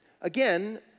again